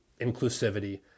inclusivity